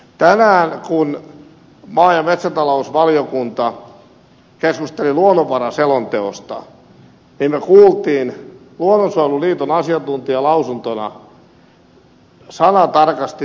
tänään kun maa ja metsätalousvaliokunta keskusteli luonnonvaraselonteosta me kuulimme luonnonsuojeluliiton asiantuntijalausuntona sanatarkasti